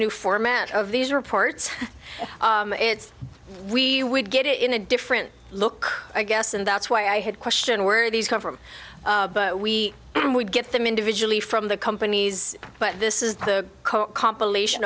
new format of these reports it's we would get it in a different look i guess and that's why i had question where these come from but we would get them individually from the companies but this is the compilation